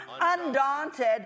undaunted